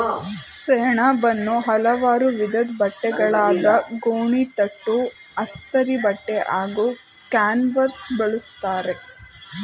ಸೆಣಬನ್ನು ಹಲವು ವಿಧದ್ ಬಟ್ಟೆಗಳಾದ ಗೋಣಿತಟ್ಟು ಅಸ್ತರಿಬಟ್ಟೆ ಹಾಗೂ ಕ್ಯಾನ್ವಾಸ್ಗೆ ಬಳುಸ್ತರೆ